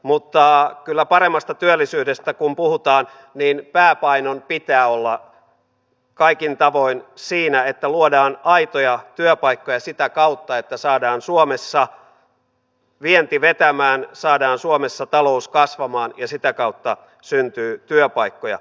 mutta paremmasta työllisyydestä kun puhutaan niin kyllä pääpainon pitää olla kaikin tavoin siinä että luodaan aitoja työpaikkoja ja sitä kautta että saadaan suomessa vienti vetämään saadaan suomessa talous kasvamaan ja sitä kautta syntyy työpaikkoja